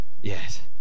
yes